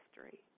history